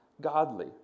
godly